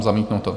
Zamítnuto.